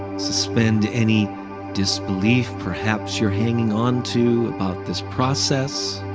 suspend any disbelief, perhaps, you're hanging on to about this process.